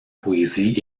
poésies